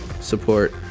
support